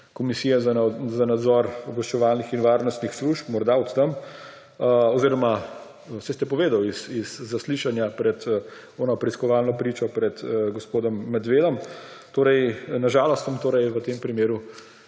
Komisije za nadzor obveščevalnih in varnostnih služb, morda od tam oziroma saj ste povedali, iz zaslišanja pred tisto preiskovalno pričo pred gospodom Medvedom. Na žalost vam v tem primeru